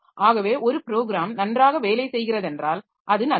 ஆகவே ஒரு ப்ரோகிராம் நன்றாக வேலை செய்கிறதென்றால் அது நல்லது